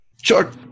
Chuck